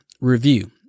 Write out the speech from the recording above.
review